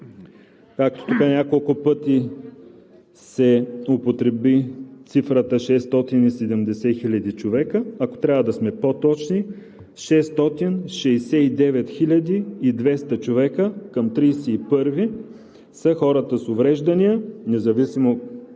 Както тук няколко пъти се употреби цифрата 670 000 човека, ако трябва да сме по-точни – 669 200 човека към 31-ви са хората с увреждания, независимо